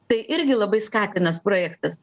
tai irgi labai skatinas projektas